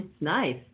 nice